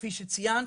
כפי שציינת,